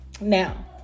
Now